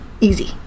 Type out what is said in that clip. easy